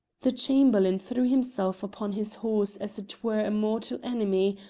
the chamberlain threw himself upon his horse as twere a mortal enemy,